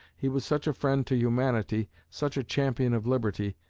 he was such a friend to humanity, such a champion of liberty,